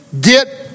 get